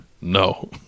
No